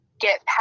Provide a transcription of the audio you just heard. get